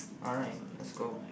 alright let's go